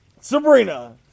Sabrina